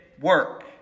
work